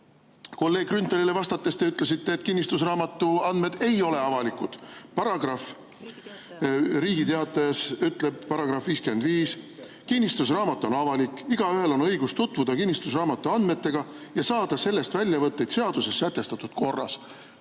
Kolleeg Grünthalile vastates te ütlesite, et kinnistusraamatu andmed ei ole avalikud. Asjaõigusseaduse § 55 Riigi Teatajas ütleb: "Kinnistusraamat on avalik. Igaühel on õigus tutvuda kinnistusraamatu andmetega ja saada sellest väljavõtteid seaduses sätestatud korras."